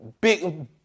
big